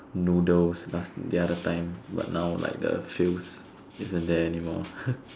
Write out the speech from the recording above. noodles last the other time but now like the sales isn't there anymore